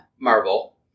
Marvel